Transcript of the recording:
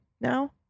now